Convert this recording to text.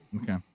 okay